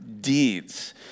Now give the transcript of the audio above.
deeds